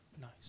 nice